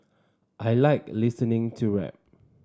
I like listening to rap